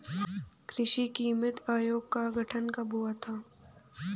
कृषि कीमत आयोग का गठन कब हुआ था?